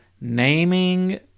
naming